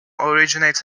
originates